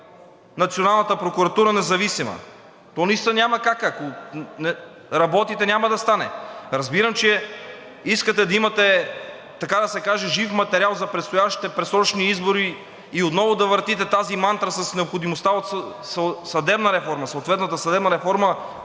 националната прокуратура независима? То наистина няма как – ако не работите, няма да стане. Разбирам, че искате да имате, така да се каже, жив материал за предстоящите предсрочни избори и отново да въртите тази мантра с необходимостта от съдебна реформа